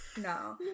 No